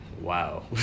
Wow